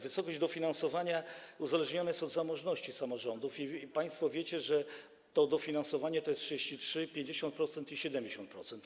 Wysokość dofinansowania uzależniona jest od zamożności samorządów i państwo wiecie, że to dofinansowanie wynosi 33%, 50% i 70%.